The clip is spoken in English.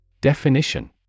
Definition